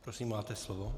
Prosím, máte slovo.